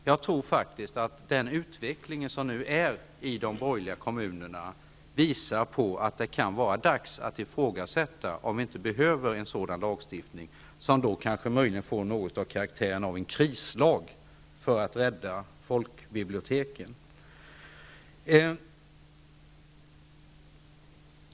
Jag tror faktiskt att den utveckling som nu äger rum i de borgerligt styrda kommunerna visar att det kan vara dags att ifrågasätta om vi inte behöver en sådan lagstiftning, som då möjligen i någon mån får karaktären av en krislag för att rädda folkbiblioteken.